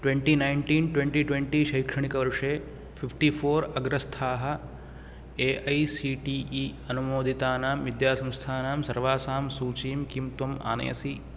twenty nineteen twenty twenty शैक्षणिकवर्षे fifty four अग्रस्थाः A I C T E अनुमोदितानां विद्यासंस्थानां सर्वासां सूचीं किं त्वम् आनयसि